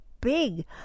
big